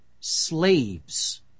slaves